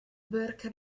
burke